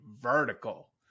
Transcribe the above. vertical